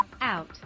out